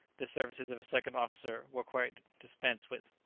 the services of a second officer were quite dispensed with.